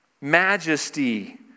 majesty